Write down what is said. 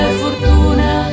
fortuna